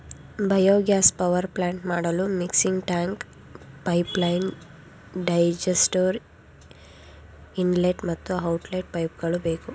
biogas power plant ಮಾಡಲು mixing tank, pipeline, digester, inlet ಮತ್ತು outlet ಪೈಪ್ಗಳು ಬೇಕು